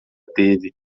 teve